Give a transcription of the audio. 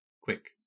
quick